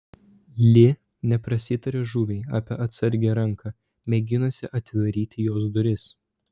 li neprasitarė žuviai apie atsargią ranką mėginusią atidaryti jos duris